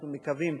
אנחנו מקווים,